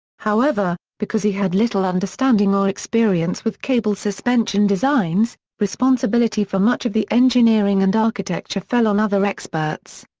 however, because he had little understanding or experience with cable-suspension designs, responsibility for much of the engineering and architecture fell on other experts.